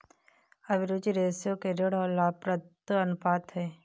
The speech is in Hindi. अभिरुचि रेश्यो एक ऋण और लाभप्रदता अनुपात है